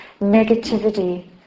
negativity